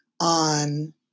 on